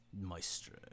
Maestro